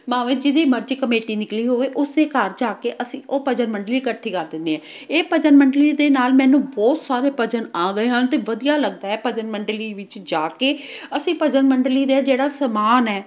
ਭਾਵੇਂ ਜਿਹਦੀ ਮਰਜ਼ੀ ਕਮੇਟੀ ਨਿਕਲੀ ਹੋਵੇ ਉਸੇ ਘਰ ਜਾ ਕੇ ਅਸੀਂ ਉਹ ਭਜਨ ਮੰਡਲੀ ਇਕੱਠੀ ਕਰ ਦਿੰਦੇ ਆ ਇਹ ਭਜਨ ਮੰਡਲੀ ਦੇ ਨਾਲ ਮੈਨੂੰ ਬਹੁਤ ਸਾਰੇ ਭਜਨ ਆ ਗਏ ਹਨ ਅਤੇ ਵਧੀਆ ਲੱਗਦਾ ਹੈ ਭਜਨ ਮੰਡਲੀ ਵਿੱਚ ਜਾ ਕੇ ਅਸੀਂ ਮੰਡਲੀ ਦੇ ਜਿਹੜਾ ਸਮਾਨ ਹੈ